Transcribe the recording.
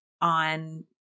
on